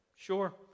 Sure